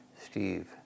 Steve